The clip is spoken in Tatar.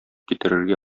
китерергә